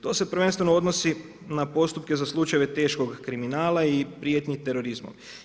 To se prvenstveno odnosi na postupke za slučajeve teškog kriminala i prijetnji terorizmom.